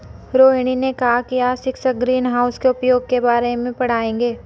रोहिनी ने कहा कि आज शिक्षक ग्रीनहाउस के उपयोग के बारे में पढ़ाएंगे